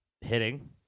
hitting